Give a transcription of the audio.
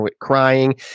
crying